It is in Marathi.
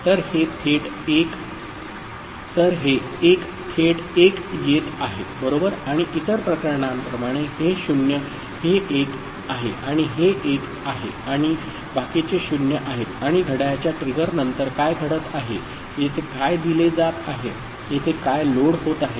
तर हे 1 थेट 1 येत आहे बरोबर आणि इतर प्रकरणांप्रमाणे हे 0 हे 1 आहे आणि हे 1 आहे आणि बाकीचे 0 आहेत आणि घड्याळाच्या ट्रिगर नंतर काय घडत आहे येथे काय दिले जात आहे येथे काय लोड होत आहे